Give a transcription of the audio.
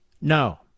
No